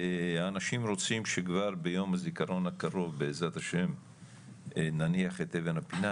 האנשים רוצים שכבר ביום הזיכרון הקרוב בעזרת השם נניח את אבן הפינה,